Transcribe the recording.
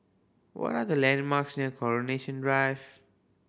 what are the landmarks near Coronation Drive